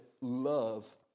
love